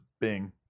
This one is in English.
bing